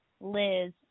Liz